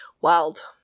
Wild